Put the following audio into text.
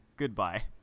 Goodbye